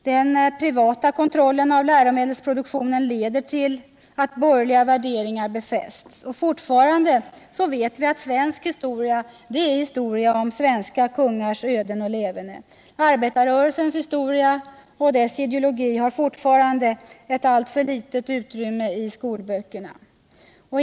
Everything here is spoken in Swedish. Den privata kontrollen av läromedelsproduktionen leder till att borgerliga värderingar befästs. Vi vet att t.ex. svensk historia fortfarande är historia om svenska kungars öden och leverne. Arbetarrörelsens historia och dess ideologi har fortfarande ett alltför litet utrymme i skolböckerna.